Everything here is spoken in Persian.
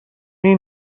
این